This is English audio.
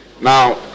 now